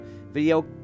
video